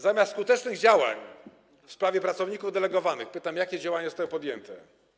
Zamiast skutecznych działań w sprawie pracowników delegowanych - pytam - jakie działania zostały podjęte?